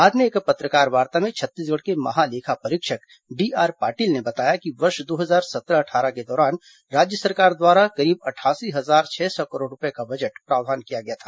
बाद में एक पत्रकारवार्ता में छत्तीसगढ़ के महालेखा परीक्षक डीआर पाटिल ने बताया कि वर्ष दो हजार सत्रह अट्ठारह के दौरान राज्य सरकार द्वारा करीब अठासी हजार छह सौ करोड़ रूपये का बजट प्रावधान किया गया था